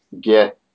get